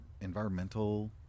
environmental